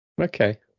Okay